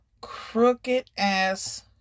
crooked-ass